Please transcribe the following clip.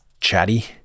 chatty